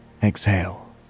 Exhale